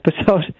episode